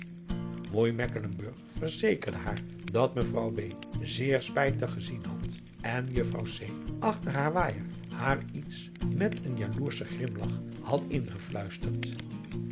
mecklenburg verzekerde haar dat mevrouw b zeer spijtig gezien had en juffrouw c achter haar waaijer haar iets met een jaloerschen grimlach had ingefluisterd